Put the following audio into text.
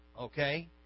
okay